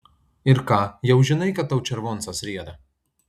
ir ką jau žinai kad tau červoncas rieda